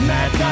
Mad